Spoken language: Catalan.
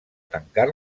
tancar